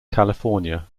california